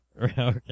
Okay